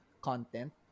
content